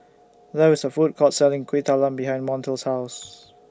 There IS A Food Court Selling Kuih Talam behind Montel's House